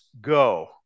go